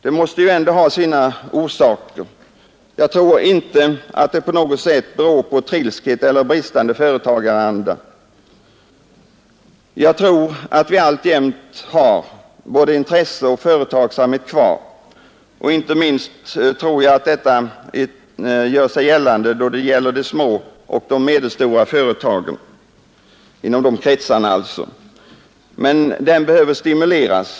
Detta måste ändå ha sina orsaker. Jag tror inte att det på något sätt beror på trilskhet eller bristande företagaranda. Jag tror att vi alltjämt har både intresse och företagsamhet kvar — inte minst tror jag att detta gör sig gällande i små och medelstora företagskretsar — men de behöver stimuleras.